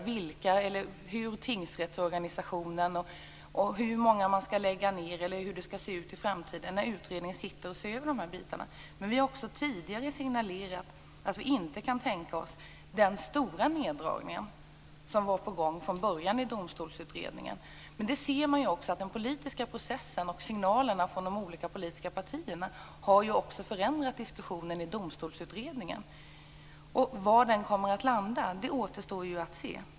Vi vill inte säga hur tingsrättsorganisationen skall se ut i framtiden eller hur många tingsrätter som skall läggas ned när utredningen ser över dessa bitar. Vi har tidigare signalerat att vi inte kan tänka oss den stora neddragning som Domstolsutredningen hade på gång från början. Man ser att den politiska processen och signalerna från de olika politiska partierna har förändrat diskussionen i Domstolsutredningen. Var den kommer att landa återstår att se.